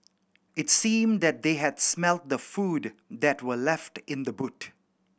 it seemed that they had smelt the food that were left in the boot